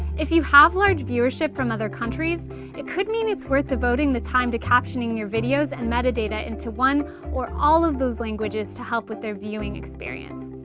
if you have large viewership from other countries it could mean it's worth devoting the time to captioning your videos and metadata into one or all of those languages to help with their viewing experience.